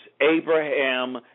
Abraham